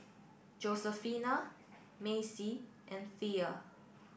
Josefina Macie and Thea